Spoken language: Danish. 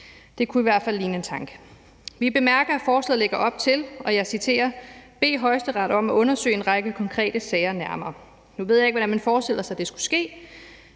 Det kunne i hvert fald ligne en tanke. Vi bemærker at forslaget lægger op til, og jeg citerer: »... bede Højesteret om at undersøge en række konkrete sager nærmere.« nu ved jeg ikke, hvordan man forestiller sig det skulle ske.